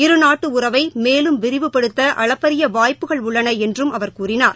இருநாட்டுஉறவைமேலும் விரிவுபடுத்தஅளப்பரியவாய்ப்புகள் உள்ளனஎன்றும் அவர் கூறினார்